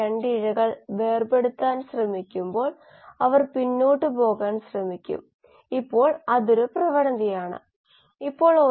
ഇത് r1 എന്ന നിരക്കിൽ A ലേക്ക് പരിവർത്തനം ചെയ്യപ്പെടും ഈ r 1 ഓരോ സമയത്തും മോളാണ്